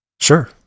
Sure